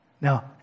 Now